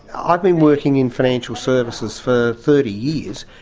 i've been working in financial services for thirty years,